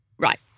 right